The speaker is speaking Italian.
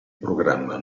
programma